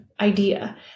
idea